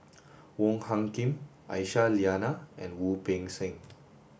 Wong Hung Khim Aisyah Lyana and Wu Peng Seng